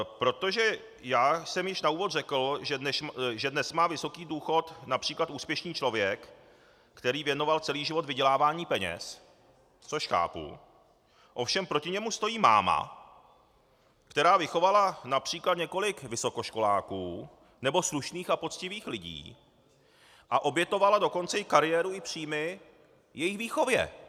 Protože jsem již na úvod řekl, že dnes má vysoký důchod například úspěšný člověk, který věnoval celý život vydělávání peněz, což chápu, ovšem proti němu stojí máma, která vychovala například několik vysokoškoláků nebo slušných a poctivých lidí, a obětovala dokonce i kariéru i příjmy k jejich výchově.